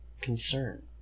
concern